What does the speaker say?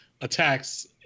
attacks